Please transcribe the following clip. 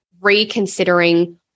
reconsidering